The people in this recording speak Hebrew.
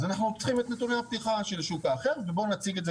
אז אנחנו צריכים את נתוני הפתיחה של השוק האחר ובוא נציג את זה